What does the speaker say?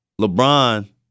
LeBron